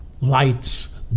lights